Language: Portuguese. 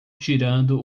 tirando